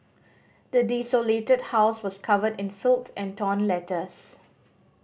the desolated house was covered in filth and torn letters